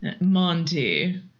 Monty